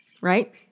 right